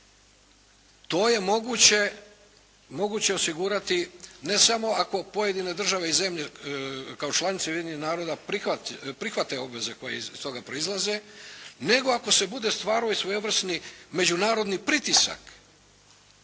To je moguće osigurati ne samo ako pojedine države i zemlje kao članice Ujedinjenih naroda prihvate obveze koje iz toga proizlaze, nego ako se bude stvarao svojevrsni međunarodni pritisak